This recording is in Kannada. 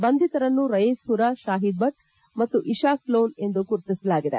ಬಂಧಿತರನ್ನು ರಯೀಸ್ ಹುರಾ ಶಾಹೀದ್ ಭಟ್ ಮತ್ತು ಇಶಾಕ್ ಲೋನ್ ಎಂದು ಗುರುತಿಸಲಾಗಿದೆ